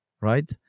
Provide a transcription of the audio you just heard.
right